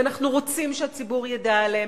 ואנחנו רוצים שהציבור ידע עליהם,